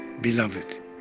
beloved